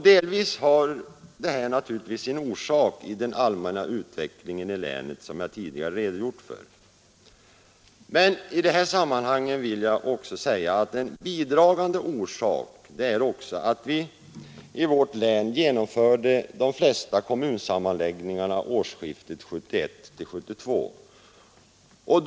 Delvis har det naturligtvis sin orsak i den allmänna utvecklingen i länet, som jag tidigare redogjort för. Men i det här sammanhanget vill jag också säga att en bidragande orsak är att vi i vårt län genomförde de flesta kommunsammanläggningarna årsskiftet 1971-1972.